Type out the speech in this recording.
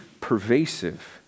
pervasive